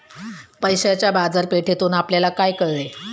पैशाच्या बाजारपेठेतून आपल्याला काय कळले?